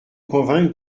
convaincre